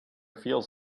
feels